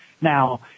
Now